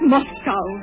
Moscow